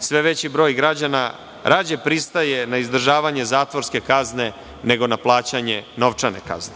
sve veći broj građana rađe pristaje na izdržavanje zatvorske kazne, nego na plaćanje novčane kazne,